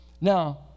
Now